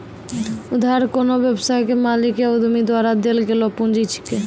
उधार कोन्हो व्यवसाय के मालिक या उद्यमी द्वारा देल गेलो पुंजी छिकै